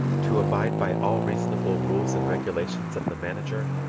to abide by all reasonable rules and regulations of the manager,